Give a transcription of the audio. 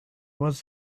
was